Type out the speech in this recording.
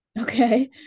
okay